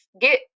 get